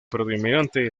predominante